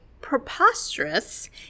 preposterous